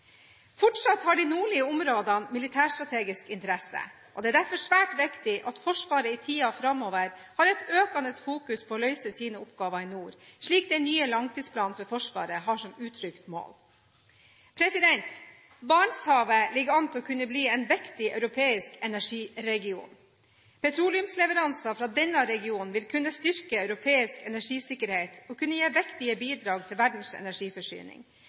Fortsatt har de nordlige områdene militærstrategisk interesse, og det er derfor svært viktig at Forsvaret i tiden framover har et økende fokus på å løse sine oppgaver i nord, slik den nye langtidsplanen for Forsvaret har som uttrykt mål. Barentshavet ligger an til å kunne bli en viktig europeisk energiregion. Petroleumsleveranser fra denne regionen vil kunne styrke europeisk energisikkerhet og gi viktige bidrag til verdens energiforsyning,